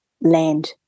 land